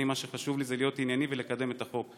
אני, מה שחשוב לי זה להיות ענייני ולקדם את החוק.